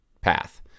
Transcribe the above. path